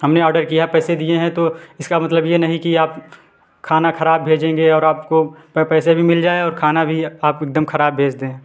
हमने ऑर्डर किया है पैसे दिए हैं तो इसका मतलब यह नहीं कि आप खाना ख़राब भेजेंगे और आपको पैसे भी मिल जाएँ और खाना भी आप एकदम ख़राब भेज दें